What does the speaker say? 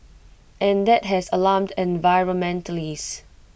and that has alarmed environmentalists